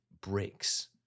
bricks